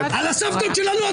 הסבתות שלנו.